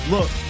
Look